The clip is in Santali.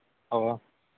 ᱦᱳᱭ